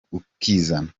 ukizana